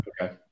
Okay